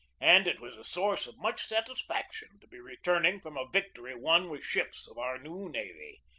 and it was a source of much satisfaction to be returning from a victory won with ships of our new navy,